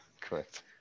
correct